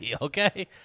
okay